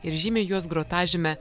ir žymi juos grotažyme